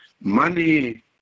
Money